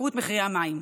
בהתייקרות מחירי המים: